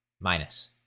minus